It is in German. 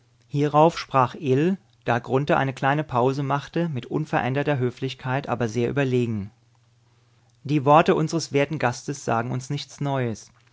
hierauf sprach ill da grunthe eine kleine pause machte mit unveränderter höflichkeit aber sehr überlegen die worte unseres werten gastes sagen uns nichts neues